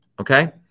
okay